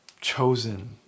chosen